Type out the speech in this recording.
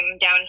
down